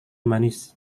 manis